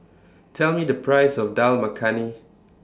Tell Me The Price of Dal Makhani